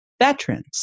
veterans